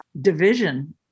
division